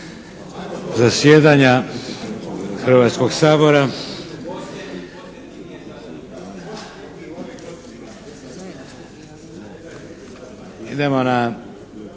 zasjedanja Hrvatskoga sabora. Idemo na